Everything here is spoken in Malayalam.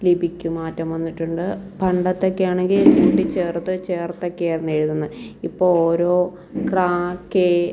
ലിപിക്ക് മാറ്റം വന്നിട്ടുണ്ട് പണ്ടത്തൊക്കെയാണങ്കിൽ കൂട്ടിച്ചേർത്ത് ചേർത്തൊക്കെ ആയിരുന്നു എഴുതുന്നത് ഇപ്പോൾ ഓരോ ക്രാ കെ